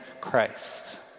Christ